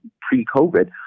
pre-COVID